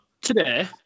today